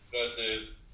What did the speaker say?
versus